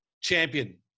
champion